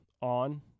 on